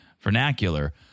vernacular